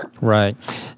Right